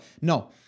No